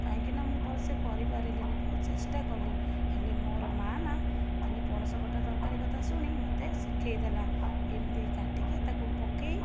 କାହିଁକି ନା ମୁଁ ଭଲସେ କରିପାରିଲିନି ବହୁତ ଚେଷ୍ଟା କଲି ହେଲେ ମୋର ମା ନା ଦିନେ ପଣସକଠା ତରକାରୀ କଥା ଶୁଣି ମୋତେ ଶିଖାଇଦେଲା ଏମିତି କାଟିକି ତାକୁ ପକାଇ